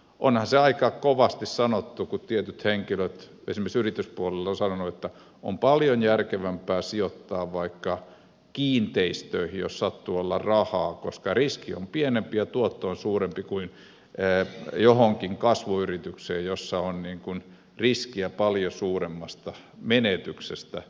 onhan se aika kovasti sanottu kun tietyt henkilöt esimerkiksi yrityspuolella ovat sanoneet että on paljon järkevämpää sijoittaa vaikka kiinteistöihin jos sattuu olemaan rahaa koska riski on pienempi ja tuotto on suurempi kuin johonkin kasvuyritykseen jossa on riskiä paljon suuremmasta menetyksestä